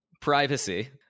privacy